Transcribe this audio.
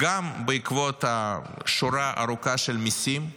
גם בעקבות שורה ארוכה של מיסים,